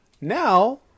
Now